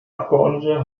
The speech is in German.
abgeordnete